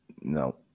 No